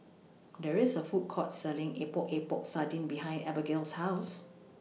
There IS A Food Court Selling Epok Epok Sardin behind Abigale's House